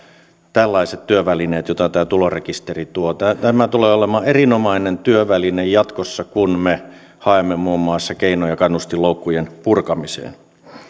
tällaiset työvälineet joita tämä tulorekisteri tuo tämä tulee olemaan erinomainen työväline jatkossa kun me haemme keinoja muun muassa kannustinloukkujen purkamiseen